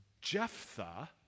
Jephthah